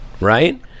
right